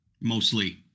Mostly